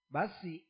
Basi